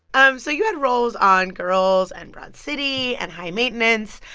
um so you had roles on girls and broad city and high maintenance.